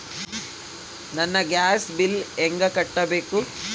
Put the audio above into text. ನನ್ನ gas bill ಹೆಂಗ ಕಟ್ಟಬೇಕು?